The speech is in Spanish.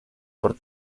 por